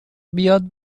بیاد